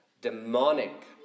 demonic